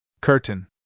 Curtain